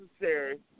necessary